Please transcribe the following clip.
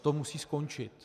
To musí skončit.